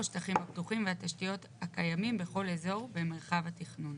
השטחים הפתוחים והתשתיות הקיימים בכל אזור במרחב התכנון,